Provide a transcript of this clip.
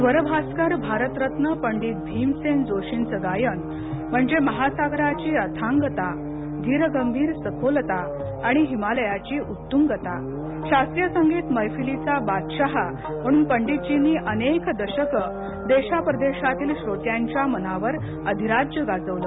स्वरभास्कर भारतरत्न पंडित भीमसेन जोशी यावं गायन म्हणजे महासागराची अथांगताधीर गंभीर सखोलता आणि हिमालयाची उत्तृगता शास्त्रीय संगीत मैफलीचा बादशहा म्हणूनपंडितजींनी अनेक व्हाक देशापरदेशातील श्रोत्यांच्या मनावर अधिराज्य गाजवलं